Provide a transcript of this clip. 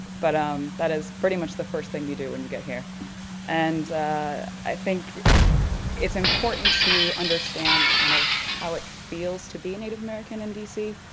but um that is pretty much the first thing you do when you get here and i think it's important to understand kind of like how it feels to be a native american in d c.